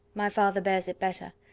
my father bears it better.